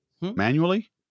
Manually